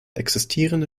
existierende